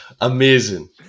Amazing